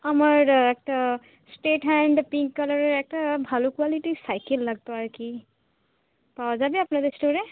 আমার একটা straight hand pink কালারের একটা ভালো কোয়ালিটির সাইকেল লাগত আর কি পাওয়া যাবে আপনাদের স্টোরে